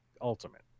Ultimate